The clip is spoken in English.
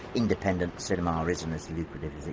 independent cinema isn't as lucrative as it